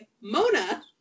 Mona